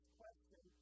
question